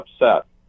upset